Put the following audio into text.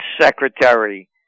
secretary